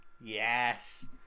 yes